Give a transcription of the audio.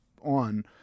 on